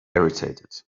irritated